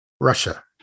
Russia